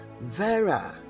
Vera